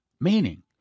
Meaning